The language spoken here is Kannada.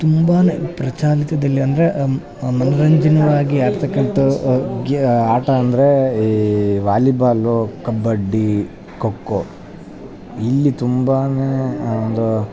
ತುಂಬಾ ಪ್ರಚಲಿತದಲ್ಲಿ ಅಂದರೆ ಮನೋರಂಜನ್ವಾಗಿ ಆಡ್ತಕ್ಕಂಥ ಗ್ಯಾ ಆಟ ಅಂದರೆ ಈ ವಾಲಿಬಾಲು ಕಬಡ್ಡಿ ಖೋ ಖೋ ಇಲ್ಲಿ ತುಂಬಾ ಒಂದು